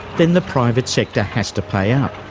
then the private sector has to pay up.